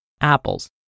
Apples